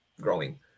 growing